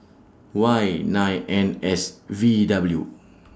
Y nine N S V W